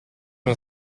uno